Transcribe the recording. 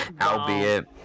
albeit